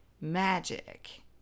magic